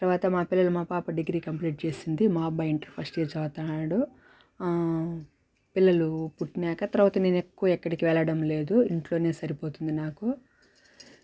తర్వాత మా పిల్లలు మా పాప డిగ్రీ కంప్లీట్ చేసింది మా అబ్బాయి ఇంటర్ ఫస్ట్ ఇయర్ చదువుతన్నాడు పిల్లలు పుట్టినాక తర్వాత నేను ఎక్కువ ఎక్కడికి వెళ్ళడం లేదు ఇంట్లోనే సరిపోతుంది నాకు